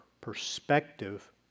perspective